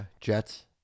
Jets